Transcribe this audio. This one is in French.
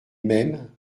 mêmes